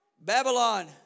Babylon